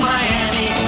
Miami